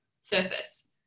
surface